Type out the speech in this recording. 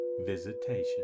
visitation